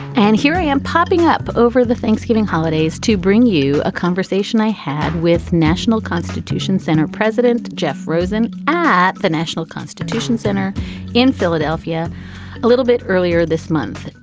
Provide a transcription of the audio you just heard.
and here i am popping up over the thanksgiving holidays to bring you a conversation i had with national constitution center president jeff rosen at the national constitution center in philadelphia a little bit earlier this month.